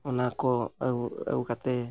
ᱚᱱᱟᱠᱚ ᱟᱹᱜᱩ ᱟᱹᱜᱩ ᱠᱟᱛᱮ